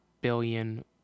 billion